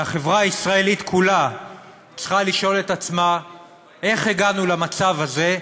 והחברה הישראלית כולה צריכה לשאול את עצמה איך הגענו למצב הזה,